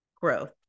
growth